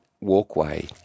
walkway